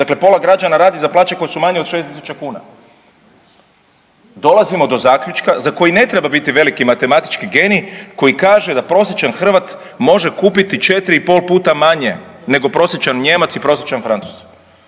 Dakle, pola građana radi za plaće koje su manje od 6000 kuna. Dolazimo do zaključka za koji ne treba biti veliki matematički genij koji kaže da prosječan Hrvat može kupiti 4 i pol puta manje nego prosječan Nijemac i prosječan Francuz.